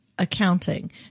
Accounting